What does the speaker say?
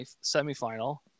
semi-final